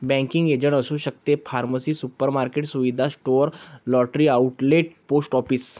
banking agent असू शकते pharmacy supermarket सुविधा store lottery outlet post office